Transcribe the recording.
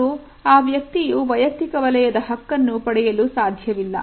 ಮತ್ತು ಆ ವ್ಯಕ್ತಿಯು ವೈಯಕ್ತಿಕ ವಲಯದ ಹಕ್ಕನ್ನು ಪಡೆಯಲು ಸಾಧ್ಯವಿಲ್ಲ